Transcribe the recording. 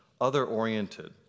other-oriented